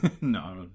No